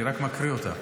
אני רק מקריא אותה.